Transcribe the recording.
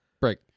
Break